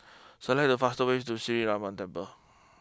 select the fast ways to Sree Ramar Temple